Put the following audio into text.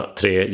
tre